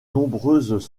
nombreuses